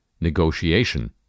negotiation